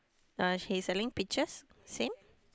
uh she's selling peaches same